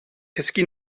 cysgu